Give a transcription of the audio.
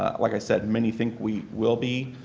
um like i said, many think we will be,